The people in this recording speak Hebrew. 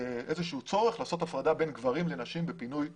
איזשהו צורך לעשות הפרדה בין גברים לנשים בפינוי הפגנות.